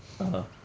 (uh huh)